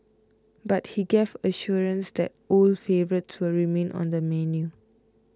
but he gave assurance that old favourites will remain on the menu